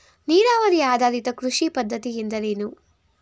ನೀರಾವರಿ ಆಧಾರಿತ ಕೃಷಿ ಪದ್ಧತಿ ಎಂದರೇನು?